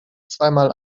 zweimal